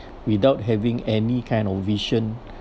without having any kind of vision